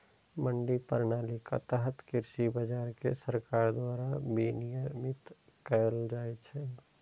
मंडी प्रणालीक तहत कृषि बाजार कें सरकार द्वारा विनियमित कैल जाइ छै